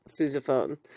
sousaphone